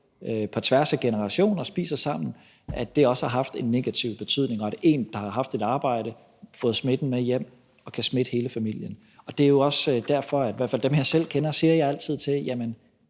på tværs af generationer, spiser sammen, også har haft en negativ betydning, og at en, der har haft et arbejde og fået smitten med hjem, kan smitte hele familien. Det er jo også derfor, at jeg, i hvert fald til